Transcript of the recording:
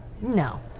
No